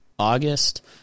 august